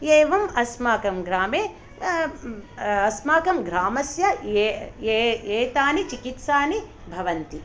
एवम् अस्माकं ग्रामे अस्माकं ग्रामस्य एतानि चिकित्सानि भवन्ति